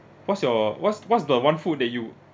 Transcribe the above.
what's your what's what's the one food that you